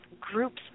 groups